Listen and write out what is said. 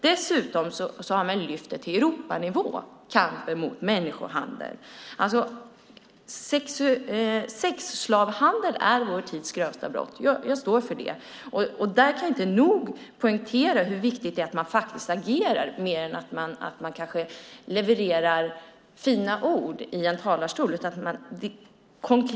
Dessutom har man lyft upp kampen mot människohandel till Europanivå. Sexslavhandel är vår tids grövsta brott; jag står för det. Jag kan inte nog poängtera hur mycket viktigare det är att man konkret agerar än att man levererar fina ord i en talarstol.